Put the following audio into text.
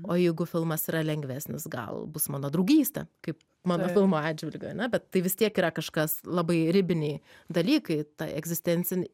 o jeigu filmas yra lengvesnis gal bus mano draugystė kaip mano filmo atžvilgiu ane bet tai vis tiek yra kažkas labai ribiniai dalykai ta egzistencin